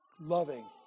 loving